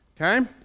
Okay